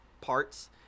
parts